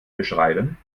beschreiben